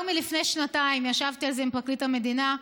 לפני שנתיים ישבתי על זה עם פרקליט המדינה,